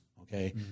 okay